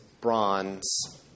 bronze